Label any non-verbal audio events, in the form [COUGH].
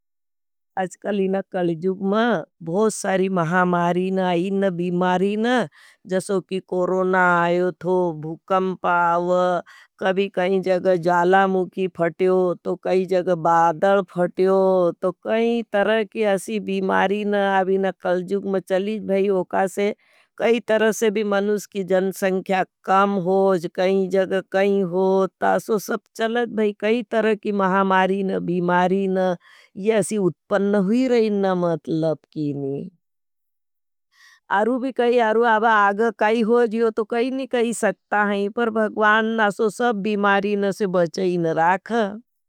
अच्कली न कल जुग में बहुत सारी महामारीन आ इन बीमारीन जसो की कोरोना आयो थो। भुकंपाव, कभी कईं जग जाला मुकी फटयो, तो कईं जग बादल फटयो, तो कईं तरह की असी बीमारीन। अभी न कल जुग में चलीज भाई उकासे कई तरह से भी मनुष की जन संख्या कम होज। कईं जग कईं हो, ता सो सब चलग भाई कईं तरह की महामारीन बीमारीन। ये असी उत्पन हुई रही न मतलब की नी। [HESITATION] आरू भी कही आरू आब आग कही हो जियो तो कही नहीं कही सकता हैं। पर भगवान न असो सब बीमारीन असे बचई न राख हैं।